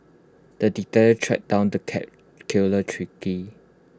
the detective tracked down the cat killer